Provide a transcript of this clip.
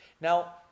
now